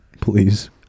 please